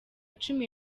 cumi